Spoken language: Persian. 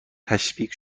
تشویق